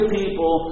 people